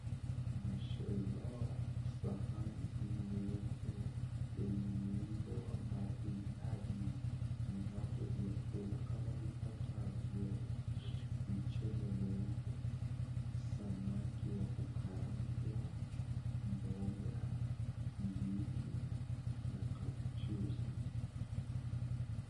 Mashallah! Sahani nyeupe yenye muundo wa maridadi inavyo vyakula kama vifuatavyo; mchele mweupe, smaki wa kukarangwa, mboga, ndimu na kamchuzi.